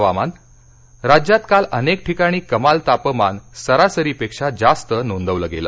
हवामान राज्यात काल बहुतेक ठिकाणी कमाल तापमान सरासरीपेक्षा जास्त नोंदलं गेलं